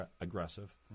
aggressive